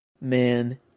man